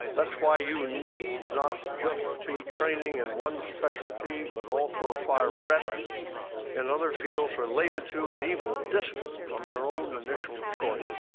that's why you need not just be training in one specialty, but also acquire breadth in other fields, related to and even distant from your own initial choice.